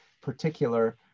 particular